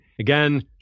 Again